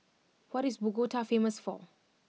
what is Bogota famous for